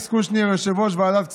יושב-ראש ועדת הכספים,